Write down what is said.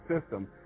system